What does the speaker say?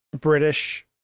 British